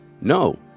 No